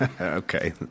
Okay